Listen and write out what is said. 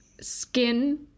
skin